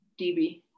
DB